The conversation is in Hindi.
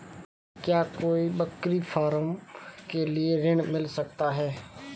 क्या कोई बकरी फार्म के लिए ऋण मिल सकता है?